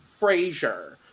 Frasier